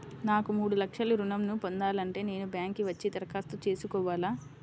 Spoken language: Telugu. నాకు మూడు లక్షలు ఋణం ను పొందాలంటే నేను బ్యాంక్కి వచ్చి దరఖాస్తు చేసుకోవాలా?